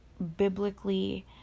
biblically